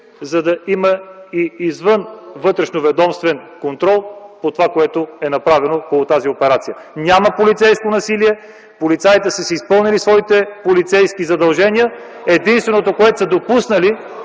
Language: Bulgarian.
за да има и извън вътрешноведомствен контрол по това, което е направено около тази операция. Няма полицейско насилие. Полицаите са си изпълнили своите полицейски задължения. Единственото, което са допуснали,